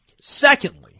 Secondly